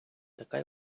така